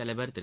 தலைவர் திரு